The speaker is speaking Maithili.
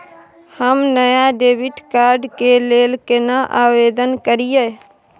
हम नया डेबिट कार्ड के लेल केना आवेदन करियै?